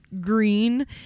Green